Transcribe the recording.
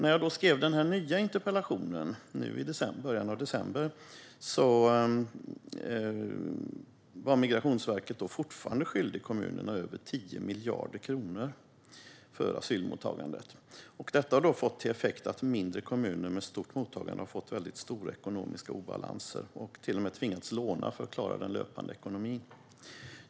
När jag i början av december skrev den här nya interpellationen var Migrationsverket fortfarande skyldigt kommunerna över 10 miljarder kronor för asylmottagandet. Detta har fått till effekt att mindre kommuner med stort mottagande har fått väldigt stora ekonomiska obalanser och till och med har tvingats låna för att klara den löpande ekonomin.